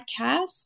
podcast